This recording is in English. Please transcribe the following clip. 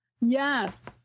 Yes